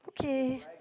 Okay